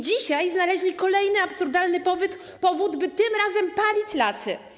Dzisiaj znaleźli kolejny absurdalny powód, by tym razem palić lasy.